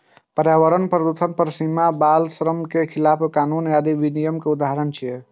पर्यावरण प्रदूषण पर सीमा, बाल श्रम के खिलाफ कानून आदि विनियम के उदाहरण छियै